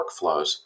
workflows